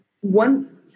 one